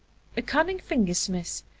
a cunning finger-smith,